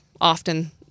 often